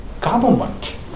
government